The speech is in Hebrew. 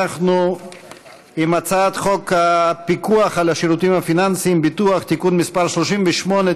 אנחנו בהצעת חוק הפיקוח על שירותים פיננסיים (ביטוח) (תיקון מס' 38),